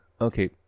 Okay